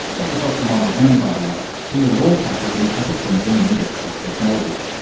that was dr monique mann by the way, from the law faculty at the queensland university of technology.